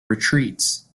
retreats